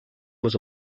was